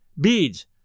beads